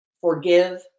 forgive